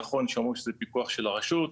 נכון שאומרים שזה פיקוח של הרשות,